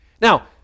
Now